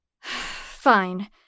Fine